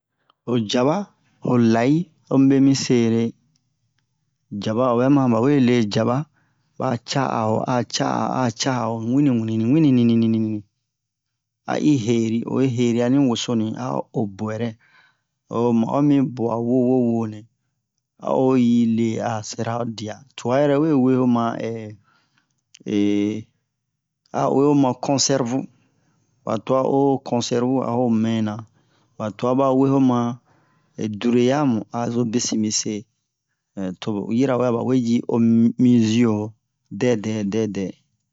yo jaba ho l'ail ho mibe misere jaba obɛma bawe le jaba ba ca a'o a ca'a ca a'o wini wini wini nini ni ayi heri oyi heriani wosonu'i a'o o buɛrɛ oma'o mibua wowo wonɛ oyi le a sɛra'o dia tua yɛrɛ we we'o ma a we'o ma conserve ba tua oho conserve a'o mɛna ba tua ba we'o ma dure yamu azo besin mise tobu yirawe abawe ji omi mi zio dɛdɛ dɛdɛ